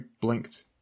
blinked